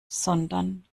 sondern